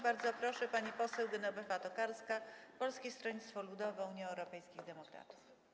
Bardzo proszę, pani poseł Genowefa Tokarska, Polskie Stronnictwo Ludowe - Unia Europejskich Demokratów.